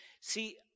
See